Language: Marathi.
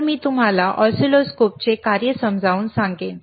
तर मी तुम्हाला ऑसिलोस्कोपचे कार्य समजावून सांगेन